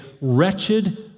wretched